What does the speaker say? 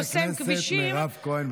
חברת הכנסת מירב כהן,